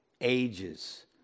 ages